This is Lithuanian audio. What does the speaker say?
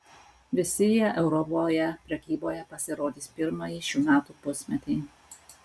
visi jie europoje prekyboje pasirodys pirmąjį šių metų pusmetį